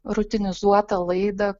rutinizuotą laidą